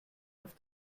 auf